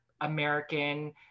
American